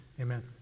Amen